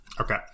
Okay